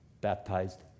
baptized